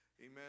amen